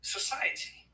Society